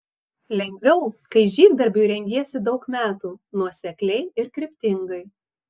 lengviau kai žygdarbiui rengiesi daug metų nuosekliai ir kryptingai